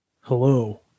Hello